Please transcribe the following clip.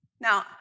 Now